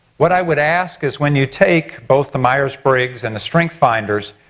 what i would ask, is when you take both the meyers-briggs and the strengths finders,